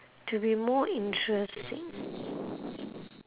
to be more interesting